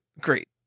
Great